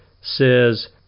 says